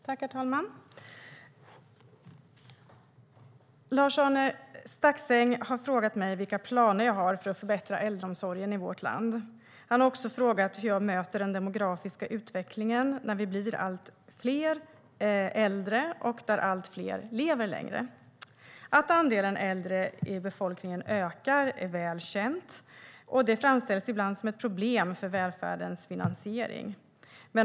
Herr talman! Lars-Arne Staxäng har frågat mig vilka planer jag har för att förbättra äldreomsorgen i vårt land. Han har också frågat hur jag möter den demografiska utvecklingen där vi blir allt fler äldre och där allt fler lever längre. Att andelen äldre i befolkningen ökar är väl känt och framställs ibland som ett problem för välfärdens finansiering.